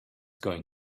going